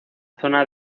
zona